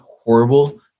horrible